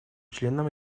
членам